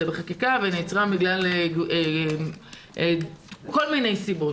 בחקיקה והיא נעצרה בגלל כל מיני סיבות.